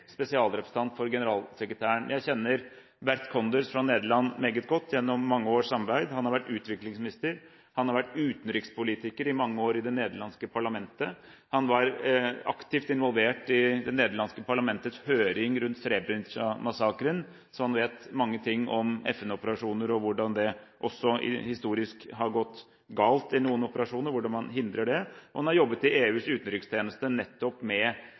spesialrepresentant for generalsekretæren. Jeg kjenner Bert Koenders fra Nederland meget godt gjennom mange års samarbeid. Han har vært utviklingsminister, og han har vært utenrikspolitiker i mange år i det nederlandske parlamentet. Han var aktivt involvert i det nederlandske parlamentets høring om Srebrenica-massakren, så han vet mye om FN-operasjoner, også historisk, om hvordan det har gått galt i noen operasjoner, og om hvordan man forhindrer det. Han har også jobbet i EUs utenrikstjeneste, nettopp med